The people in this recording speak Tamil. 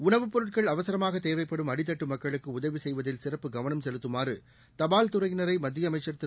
உணவுப்பொருட்கள் அவசரமாக தேவைப்படும் அடித்தட்டு மக்களுக்கு உதவி செய்வதில் சிறப்பு கவனம் செலுத்தமாறு தபால் துறையினரை மத்திய அமைச்சர் திரு